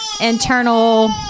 internal